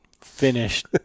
finished